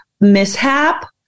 mishap